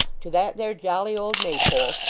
to that there jolly old maypole,